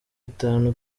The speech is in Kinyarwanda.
itanu